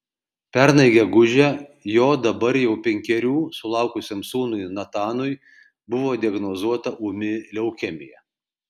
pernai gegužę jo dabar jau penkerių sulaukusiam sūnui natanui buvo diagnozuota ūmi leukemija